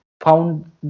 found